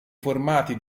formati